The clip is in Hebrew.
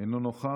אינו נוכח.